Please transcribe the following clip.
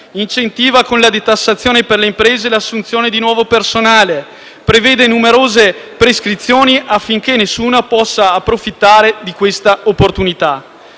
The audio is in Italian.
incentiva con la detassazione per le imprese l'assunzione di nuovo personale, prevede numerose prescrizioni affinché nessuno possa approfittare di questa opportunità.